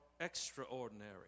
extraordinary